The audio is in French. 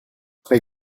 très